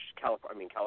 California